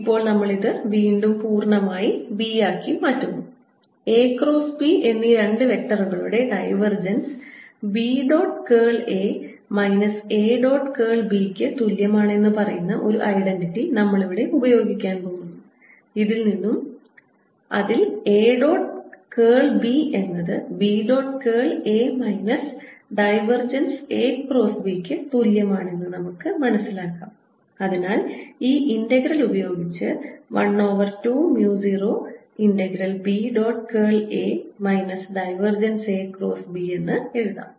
ഇപ്പോൾ നമ്മൾ ഇത് വീണ്ടും പൂർണ്ണമായും B ആക്കി മാറ്റുന്നു A ക്രോസ് B എന്നീ രണ്ട് വെക്റ്ററുകളുടെ divergence B dot curl A minus A dot curl B ക്ക് തുല്യമാണ് എന്ന് പറയുന്ന ഒരു ഐഡന്റിറ്റി നമ്മളിവിടെ ഉപയോഗിക്കാൻ പോകുന്നു ഇന്നും അതിൽനിന്ന് A ഡോട്ട് കേൾ B എന്നത് B dot curl A minus divergence A cross B ക്ക് തുല്യമാണ് എന്ന് നമുക്ക് മനസ്സിലാക്കാം അതിനാൽ ഈ ഇന്റഗ്രൽ ഉപയോഗിച്ച് 1 over 2 mu 0 integral B dot curl A minus divergence A cross B എന്ന് എഴുതാം